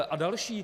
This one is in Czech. A další.